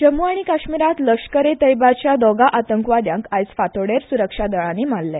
जम्मू कश्मीरांत लश्कर ए तोयबाच्या दोगां आतंकवाद्यांक आयज फांतोडेर सुरक्षा दळांनी मारले